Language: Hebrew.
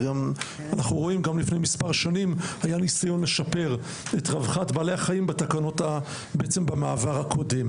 גם לפני מספר שנים היה ניסיון לשפר את רווחת בעלי החיים במעבר הקודם.